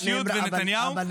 אנושיות ונתניהו,